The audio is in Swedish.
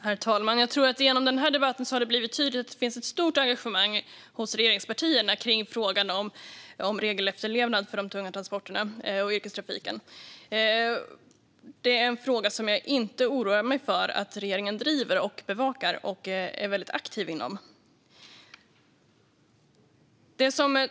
Herr talman! Genom denna debatt tror jag att det har blivit tydligt att det finns ett stort engagemang hos regeringspartierna i frågan om regelefterlevnaden hos de tunga transporterna och yrkestrafiken. Det är en fråga som jag inte oroar mig för att regeringen inte driver, bevakar och är aktiv inom.